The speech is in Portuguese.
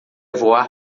voar